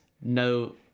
no